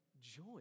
joy